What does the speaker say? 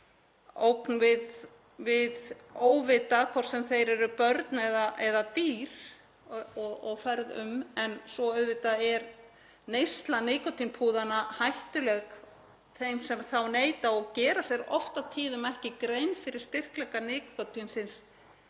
ógn við óvita, hvort sem þeir eru börn eða dýr sem fara um en svo auðvitað er neysla nikótínpúða hættuleg þeim sem þeirra neyta og gera sér oft og tíðum ekki grein fyrir styrkleika nikótínsins